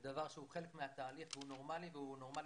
זה דבר שהוא חלק מהתהליך והוא נורמלי והוא נורמלי